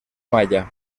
maya